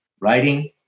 Writing